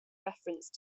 reference